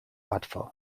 łatwo